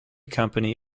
company